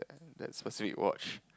that specific watch